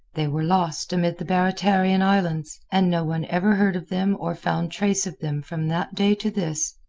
they were lost amid the baratarian islands, and no one ever heard of them or found trace of them from that day to this.